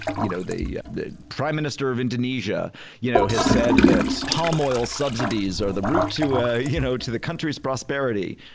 you know the the prime minister of indonesia you know has said that palm oil subsidies are the root to ah you know to the country's prosperity.